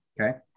okay